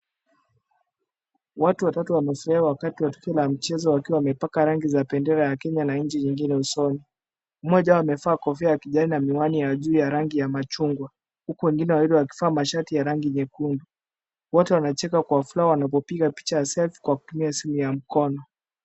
Watu watatu wametokea wakati wa tukio la mchezo wakiwa wamepaka rangi za bendera ya Kenya na nchi zingine usoni. Mmoja wao amevaa kofia ya kijani na miwani ya juu ya rangi ya machungwa, huku wengine wawili wakivaa mashati ya rangi nyekundu. Wote wacheka kwa furaha wanapopiga picha ya selfie kwa kutumia simu ya mkono.